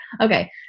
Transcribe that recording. Okay